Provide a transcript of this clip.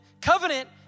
covenant